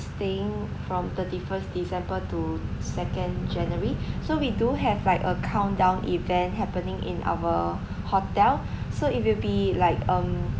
staying from thirty first december to second january so we do have like a countdown event happening in our hotel so it will be like um